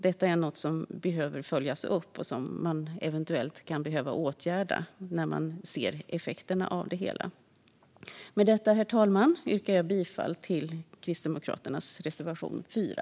Detta är något som behöver följas upp och eventuellt kan behöva åtgärdas när man ser effekterna av det hela. Med detta, herr talman, yrkar jag bifall till Kristdemokraternas reservation 4.